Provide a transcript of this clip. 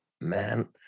Man